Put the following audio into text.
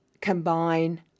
combine